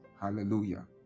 hallelujah